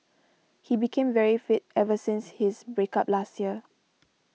he became very fit ever since his break up last year